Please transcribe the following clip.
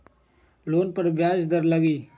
Loan पर ब्याज दर लगी?